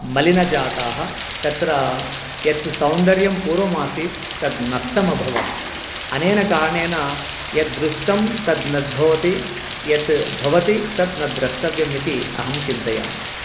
मलिना जाता तत्र यत् सौन्दर्यं पूर्वमासीत् तद् नष्टमभवत् अनेन कारणेन यद्दृष्टम् तद् न भवति यत् भवति तत् न द्रष्टव्यम् इति अहं चिन्तयामि